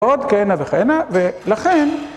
עוד כהנה וכהנה ולכן